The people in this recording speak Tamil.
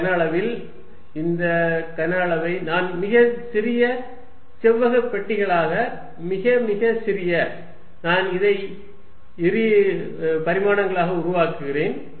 இந்த கன அளவில் இந்த கன அளவை நான் மிகச் சிறிய செவ்வக பெட்டிகளாக மிக மிக சிறிய நான் இதை இரு பரிமாணங்களாக உருவாக்குகிறேன்